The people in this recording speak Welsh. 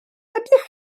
ydych